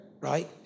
right